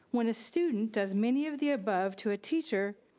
when a student does many of the above to a teacher,